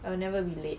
I'll never be late